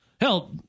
Hell